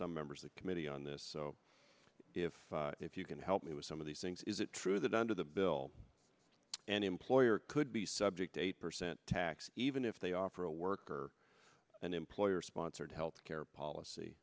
some members of the committee on this so if if you can help me with some of these things is it true that under the bill an employer could be subject to eight percent tax even if they offer a worker an employer sponsored health care policy